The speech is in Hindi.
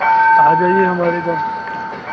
आ जाइए हमारे गाँव